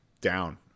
down